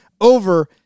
over